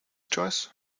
choice